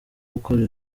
gukora